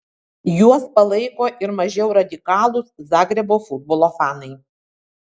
juos palaiko ir mažiau radikalūs zagrebo futbolo fanai